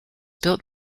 built